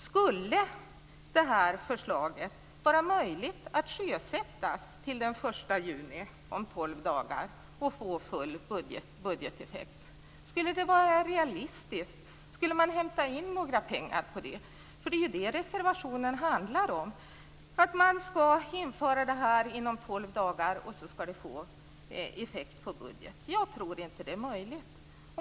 Skulle det vara möjligt att sjösätta det till den 1 juni, om tolv dagar, och få full budgeteffekt? Skulle det vara realistiskt? Skulle man hämta in några pengar på det? Reservationen handlar ju om att man skall införa det här och få budgeteffekt av det inom tolv dagar. Jag tror inte att det är möjligt.